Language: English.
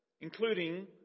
including